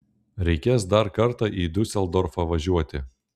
reikės dar kartą į diuseldorfą važiuoti